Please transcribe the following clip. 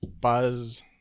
buzz